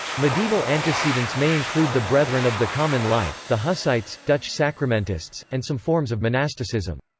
medieval antecedents may include the brethren of the common life, the hussites, dutch sacramentists, and some forms of monasticism.